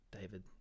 David